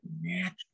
natural